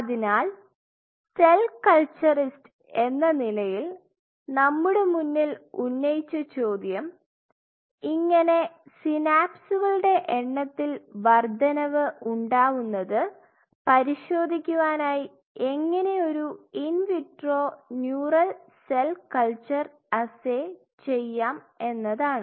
അതിനാൽ cell culturist എന്ന നിലയിൽ നമ്മുടെ മുന്നിൽ ഉന്നയിച്ച ചോദ്യം ഇങ്ങനെ സിനാപ്സുകളുടെ എണ്ണത്തിൽ വർദ്ധനവ് ഉണ്ടാവുന്നത് പരിശോധിക്കുവാനായി എങ്ങനെയൊരു in vitro neural cell culture assay ചെയ്യാം എന്നതാണ്